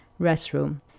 restroom